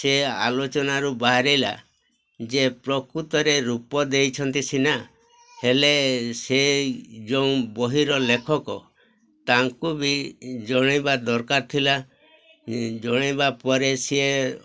ସେ ଆଲୋଚନାରୁ ବାହାରିଲା ଯେ ପ୍ରକୃତରେ ରୂପ ଦେଇଛନ୍ତି ସିନା ହେଲେ ସେ ଯେଉଁ ବହିର ଲେଖକ ତାଙ୍କୁ ବି ଜଣାଇବା ଦରକାର ଥିଲା ଜଣାଇବା ପରେ ସିଏ